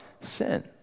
sin